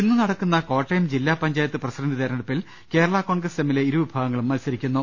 ഇന്ന് നടക്കുന്ന കോട്ടയം ജില്ലാ പഞ്ചായത്ത് പ്രസിഡന്റ് തെരഞ്ഞെടുപ്പിൽ കേരളാ കോൺഗ്രസ് എമ്മിലെ ഇരു വിഭാഗങ്ങളും മൽസരിക്കുന്നു